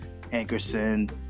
Ankerson